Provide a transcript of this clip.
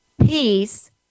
peace